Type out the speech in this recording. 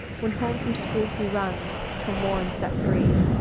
when home from school he runs, till morn set free.